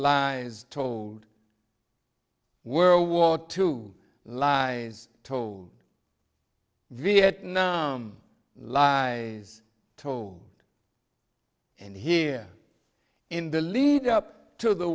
lies told world war two lies told vietnam lies told and here in the lead up to the